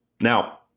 Now